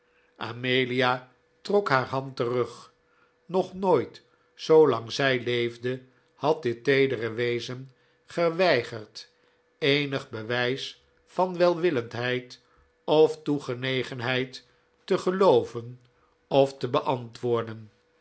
amelia trok haar hand terug nog nooit zoolang zij leefde had dit teedere wezen geweigerd eenig bewijs van welwillendheid of toegenegenheid te gelooven of te beantwoorden